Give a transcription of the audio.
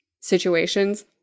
situations